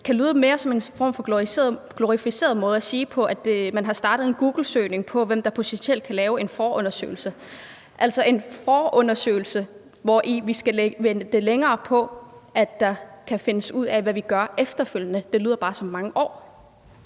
– kan lyde mere som en form for glorificeret måde at sige på, at man har startet en googlesøgning på, hvem der potentielt kan lave en forundersøgelse. Altså, der er tale om en forundersøgelse, hvor vi skal vente længere på, at der kan findes ud af, hvad vi gør efterfølgende. Det lyder bare som mange år.